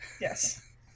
Yes